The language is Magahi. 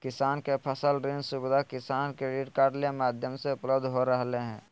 किसान के फसल ऋण सुविधा किसान क्रेडिट कार्ड के माध्यम से उपलब्ध हो रहल हई